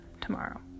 tomorrow